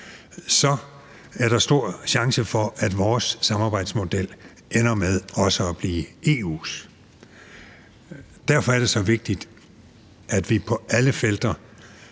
er der en stor chance for, at vores samarbejdsmodel også ender med at blive EU's. Derfor er det så vigtigt, at vi på alle felter